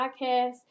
podcast